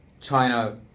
China